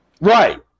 Right